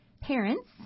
parents